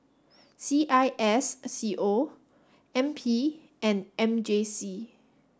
C I S C O N P and M J C